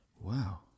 Wow